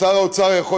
שר האוצר,